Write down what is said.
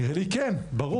נראה לי כן ברור,